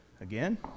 again